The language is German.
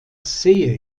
sehe